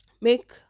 make